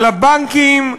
על הבנקים,